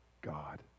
God